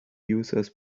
users